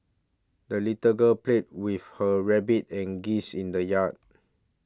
the little girl played with her rabbit and geese in the yard